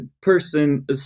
person